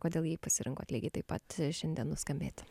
kodėl jį pasirinkot lygiai taip pat šiandien nuskambėti